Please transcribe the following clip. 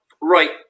right